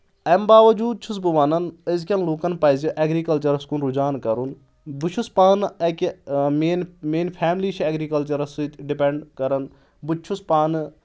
امہِ باوجوٗد چھُس بہٕ ونان أزکؠن لوٗکَن پَزِ اؠگرِکَلچرس کُن رُجان کَرُن بہٕ چھُس پانہٕ اَکہِ میٲنۍ میٲنۍ فیملی چھِ اؠگرِکَلچرس سۭتۍ ڈپینٛڈ کران بہٕ چھُس پانہٕ